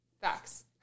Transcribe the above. Facts